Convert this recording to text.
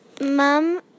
mom